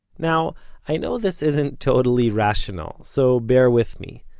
now i know this isn't totally rational, so bear with me,